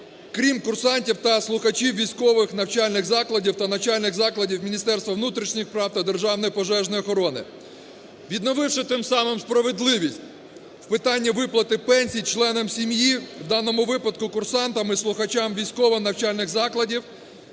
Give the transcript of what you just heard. "крім курсантів та слухачів військових навчальних закладів та навчальних закладів Міністерства внутрішніх справ та державної пожежної охорони", відновивши тим самим справедливість в питанні виплати пенсій членам сім'ї, в даному випадку курсантам і слухачам військових навчальних закладів